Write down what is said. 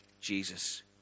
Jesus